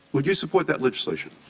would you support that legislation?